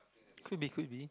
could be could be